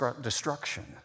destruction